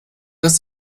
das